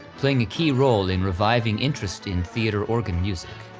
playing a key role in reviving interest in theater organ music.